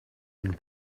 and